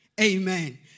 Amen